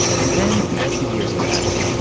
and then as the years passed,